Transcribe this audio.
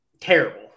terrible